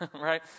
right